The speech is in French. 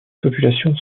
population